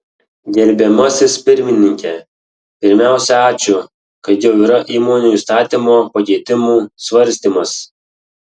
gerbiamasis pirmininke pirmiausia ačiū kad jau yra įmonių įstatymo pakeitimų svarstymas